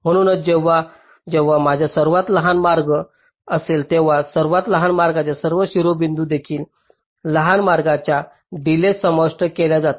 म्हणूनच जेव्हा जेव्हा माझा सर्वात लहान मार्ग असेल तेव्हा सर्वात लहान मार्गाच्या सर्व शिरोबिंदू देखील लहान मार्गाच्या डिलेज समाविष्ट केल्या जातील